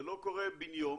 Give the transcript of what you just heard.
זה לא קורה בן יום.